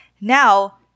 Now